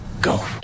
go